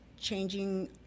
changing